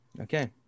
Okay